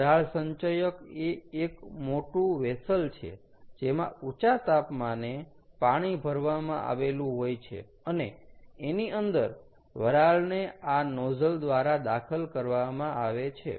વરાળ સંચયક એ એક મોટું વેસલ છે જેમાં ઊંચા તાપમાને પાણી ભરવામાં આવેલું હોય છે અને એની અંદર વરાળને આ નોઝલ દ્વારા દાખલ કરવામાં આવે છે